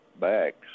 backs